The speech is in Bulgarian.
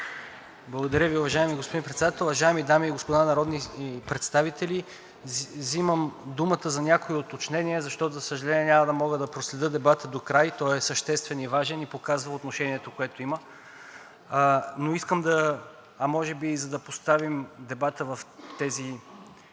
Благодаря Ви, уважаеми господин Председател. Уважаеми дами и господа народни представители! Взимам думата за някои уточнения, защото, за съжаление, няма да мога да проследя дебата докрай. Той е съществен и важен и показва отношението, което има, а, може би, и за да поставим дебата в тези